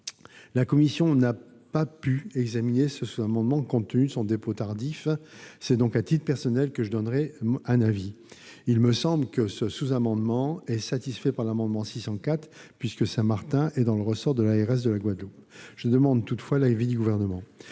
La commission n'a pas pu examiner le sous-amendement n° 833 rectifié, compte tenu de son dépôt tardif. C'est donc à titre personnel que j'émettrai un avis. Il me semble que ce sous-amendement est satisfait par l'amendement n° 604, puisque Saint-Martin est dans le ressort de l'ARS de la Guadeloupe. Je m'en remettrai toutefois à l'avis du Gouvernement